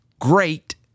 great